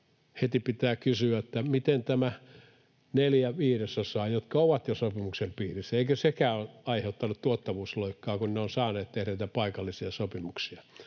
Heti pitää kysyä näistä neljästä viidesosasta, jotka ovat jo sopimuksen piirissä: eikö sekään aiheuttanut tuottavuusloikkaa, kun he ovat saaneet tehdä niitä paikallisia sopimuksia?